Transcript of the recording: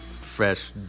Fresh